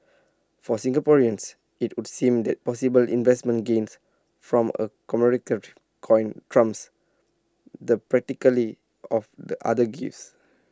for Singaporeans IT would seem that possible investment gains from A commemorative coin trumps the practically of the other gifts